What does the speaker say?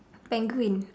penguin